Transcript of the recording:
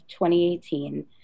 2018